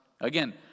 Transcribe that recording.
Again